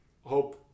hope